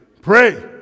pray